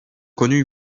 connu